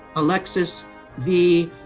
alexis v.